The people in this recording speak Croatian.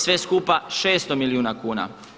Sve skupa 600 milijuna kuna.